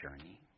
journey